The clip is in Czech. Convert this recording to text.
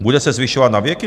Bude se zvyšovat navěky?